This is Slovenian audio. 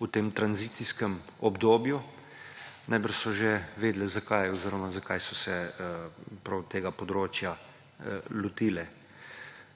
v tem tranzicijskem obdobju. Najbrž so že vedele, zakaj so se prav tega področja lotile.